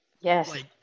Yes